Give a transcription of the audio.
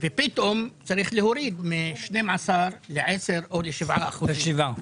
ופתאום צריך להוריד מ-12% ל-10% או ל-7%.